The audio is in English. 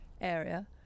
area